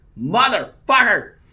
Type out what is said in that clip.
Motherfucker